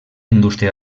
indústria